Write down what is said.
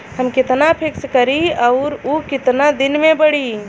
हम कितना फिक्स करी और ऊ कितना दिन में बड़ी?